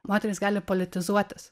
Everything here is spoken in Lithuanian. moterys gali politizuotis